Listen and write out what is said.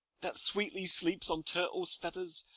that sweetly sleeps on turtles' feathers,